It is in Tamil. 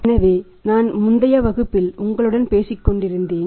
எனவே நான் முந்தைய வகுப்பில் உங்களுடன் பேசிக் கொண்டிருந்தேன்